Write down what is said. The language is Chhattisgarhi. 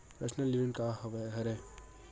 पर्सनल ऋण का हरय?